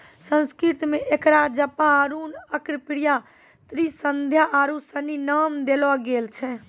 संस्कृत मे एकरा जपा अरुण अर्कप्रिया त्रिसंध्या आरु सनी नाम देलो गेल छै